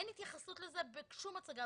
אין התייחסות לזה בשום הצגה,